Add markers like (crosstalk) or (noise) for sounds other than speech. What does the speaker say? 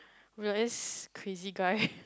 got this crazy guy (laughs)